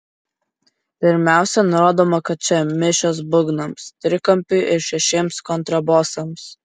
pirmiausia nurodoma kad čia mišios būgnams trikampiui ir šešiems kontrabosams